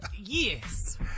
Yes